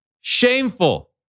shameful